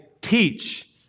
teach